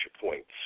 points